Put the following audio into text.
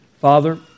Father